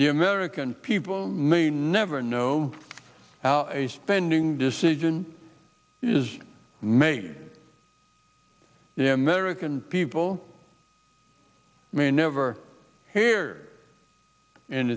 the american people may never know how a spending decision is made the american people may never hear an